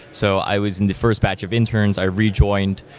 so i was in the first batch of interns. i rejoined.